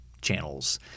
channels